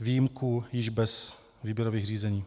výjimku již bez výběrových řízení.